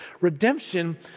Redemption